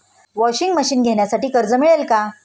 Washing machine घेण्यासाठी कर्ज मिळेल का?